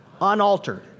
unaltered